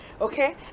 Okay